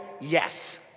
Yes